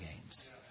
games